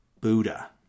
buddha